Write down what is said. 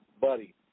Buddy